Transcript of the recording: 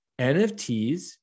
NFTs